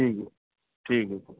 ٹھیک ہے ٹھیک ہے پھر